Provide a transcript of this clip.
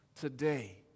today